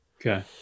Okay